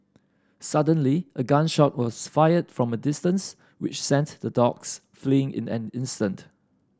suddenly a gun shot was fired from a distance which sent the dogs fleeing in an instant